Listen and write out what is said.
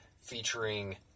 featuring